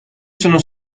sono